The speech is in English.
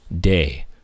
Day